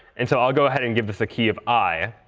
and so, i'll go ahead and give this a key of i,